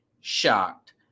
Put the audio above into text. shocked